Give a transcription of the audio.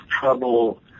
trouble